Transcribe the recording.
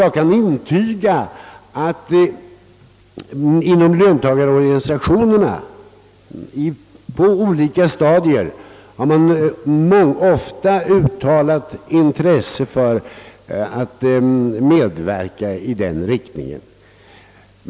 Jag kan intyga att man inom löntagarorganisationerna på olika stadier ofta har uttalat sitt intresse för att medverka i den riktningen.